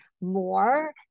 more